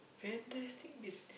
Fantastic-Beast